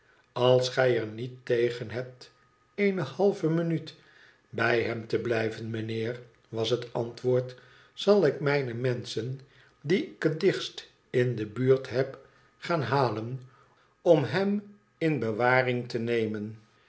als gij er niet tegen hebt eene halve minuut bij hem te blijven mijnheer was het antwoord i zal ik mijne menschen die ik het dichtst in de buurt heb gaan halen om hem in bewaring te nemen